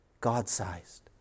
God-sized